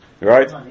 Right